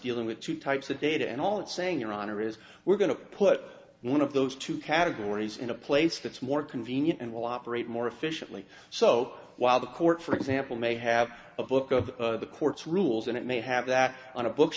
dealing with two types of data and all it saying your honor is we're going to put one of those two categories in a place that's more convenient and will operate more efficiently so while the court for example may have a book of the courts rules and it may have that on a book